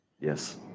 yes